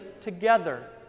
together